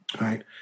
right